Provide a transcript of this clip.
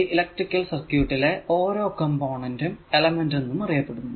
ഈ ഇലെക്ട്രിക്കൽസർക്യൂട് ലെ ഓരോ കോംപോണേന്റും എലമെന്റ് എന്നും അറിയപ്പെടുന്നു